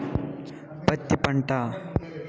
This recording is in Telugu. పత్తి పంట